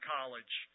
College